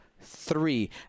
three